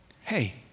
hey